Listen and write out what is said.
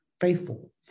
faithful